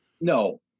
No